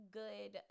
good